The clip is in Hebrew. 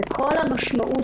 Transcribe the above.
זה כל התפיסה,